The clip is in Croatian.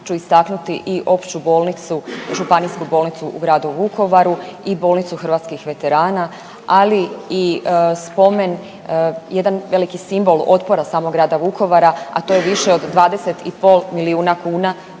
ću istaknuti i opću bolnicu, županijsku bolnicu u gradu Vukovaru i Bolnicu hrvatskih veterana, ali i spomen, jedan veliki simbol otpora samog grada Vukovara a to je više od 20 i pol milijuna kuna